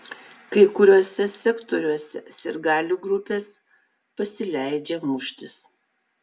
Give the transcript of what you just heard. kai kuriuose sektoriuose sirgalių grupės pasileidžia muštis